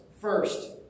First